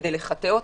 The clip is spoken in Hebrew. כדי לחטא אותו,